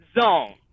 zone